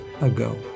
ago